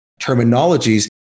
terminologies